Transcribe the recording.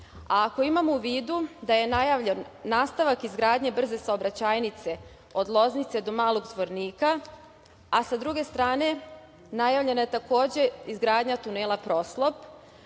imamo u vidu da je najavljen nastavak izgradnje brze saobraćajnice od Loznice do Malog Zvornika, a sa druge strane najavljena je takođe izgradnja tunela Proslop,